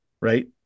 right